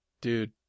Dude